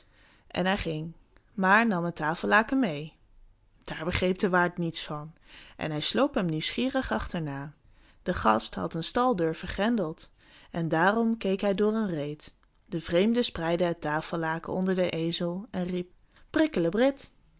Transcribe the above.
en hij ging maar nam het tafellaken meê daar begreep de waard niets van en hij sloop hem nieuwsgierig achterna de gast had de staldeur gegrendeld en daarom keek hij door een reet de vreemde spreidde het tafellaken onder den ezel en riep